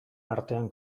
artean